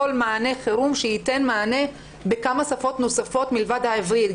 כל מענה חירום שייתן מענה בכמה שפות נוספות מלבד העברית.